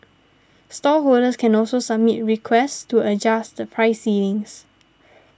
stallholders can also submit requests to adjust price ceilings